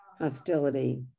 hostility